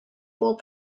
fool